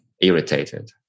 irritated